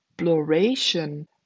Exploration